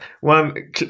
one